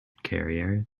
carrier